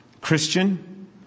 Christian